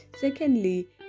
secondly